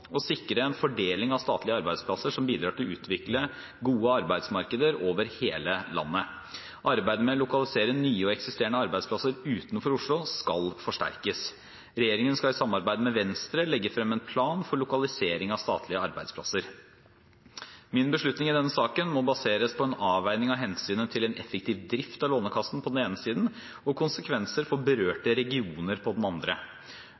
å sikre en fordeling av statlige arbeidsplasser som bidrar til å utvikle gode arbeidsmarkeder over hele landet. Arbeidet med å lokalisere nye og eksisterende arbeidsplasser utenfor Oslo skal forsterkes. Regjeringen skal i samarbeid med Venstre legge frem en plan for lokalisering av statlige arbeidsplasser. Min beslutning i denne saken må baseres på en avveining av hensynet til en effektiv drift av Lånekassen på den ene siden og konsekvenser for berørte regioner på den andre.